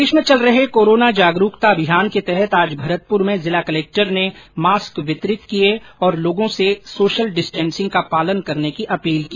प्रदेश में चल रहे कोरोना जागरूकता अभियान के तहत आज भरतपुर में जिला कलेक्टर ने मास्क वितरित किए और लोगों से सोशल डिस्टेंसिंग का पालन करने की अपील की